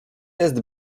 jest